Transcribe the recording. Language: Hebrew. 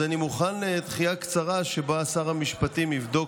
אז אני מוכן לדחייה קצרה שבה שר המשפטים יבדוק,